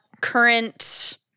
Current